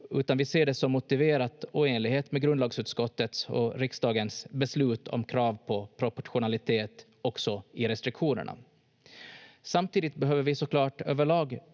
vi ser det som motiverat och i enlighet med grundlagsutskottets och riksdagens beslut om krav på proportionalitet också i restriktionerna. Samtidigt behöver vi så klart överlag